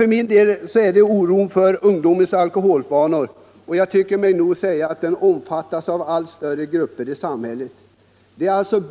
För min del känner jag stor oro för ungdomens alkoholvanor. Jag tror mig kunna säga att den oron omfattas av allt större grupper i samhället.